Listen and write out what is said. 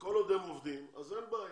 וכל עוד הם עובדים אז אין בעיה,